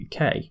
UK